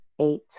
eight